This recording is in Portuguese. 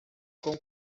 com